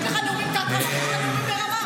יש לך נאומים תת-רמה, ויש לך נאומים ברמה.